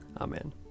Amen